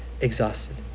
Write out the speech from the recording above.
exhausted